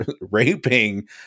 raping